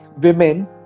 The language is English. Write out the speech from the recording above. women